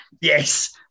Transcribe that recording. yes